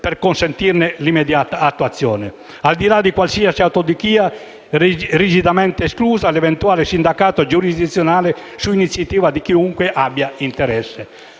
per consentirne l'immediata attuazione. Al di là di qualsiasi autodichia, rigidamente esclusa, l'eventuale sindacato giurisdizionale è su iniziativa di chiunque abbia interesse.